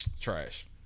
Trash